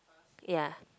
ya